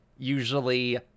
usually